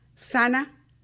Sana